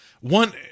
one